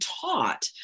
taught